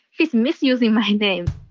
she's misusing my name